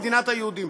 מדינת היהודים?